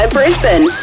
Brisbane